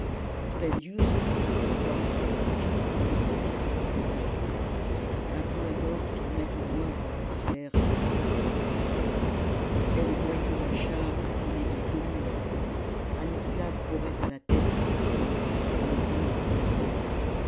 en se courbant finit par déco rir ce qu'il contemplait un point d'or tournait au loin dans la poussière sur la route d'utique c'était le moyeu d'un char attelé de deux mulets un esclave courait à la tcte du timon en les tenant par salammbo la bride